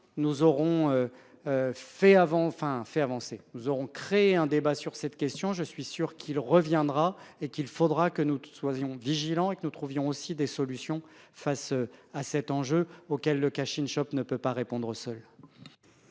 nous aurons créé un débat sur cette question, je suis sûr qu'il reviendra et qu'il faudra que nous soyons vigilants et que nous trouvions aussi des solutions face à cet enjeu auquel le cacher une chope ne peut pas répondre au seul.